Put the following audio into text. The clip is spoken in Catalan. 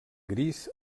gris